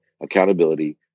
accountability